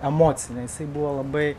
emocinę jisai buvo labai